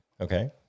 okay